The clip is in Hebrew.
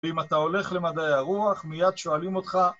ואם אתה הולך למדעי הרוח, מייד שואלים אותך